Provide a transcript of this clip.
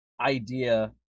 idea